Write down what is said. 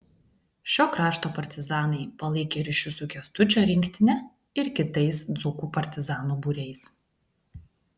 šio krašto partizanai palaikė ryšius su kęstučio rinktine ir kitais dzūkų partizanų būriais